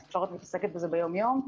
התקשורת מתעסקת בזה ביום-יום.